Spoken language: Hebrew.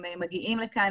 הם מגיעים לכאן,